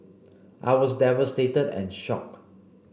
I was devastated and shocked